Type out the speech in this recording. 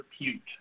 Repute